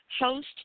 host